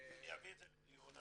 אני אביא את זה לדיון,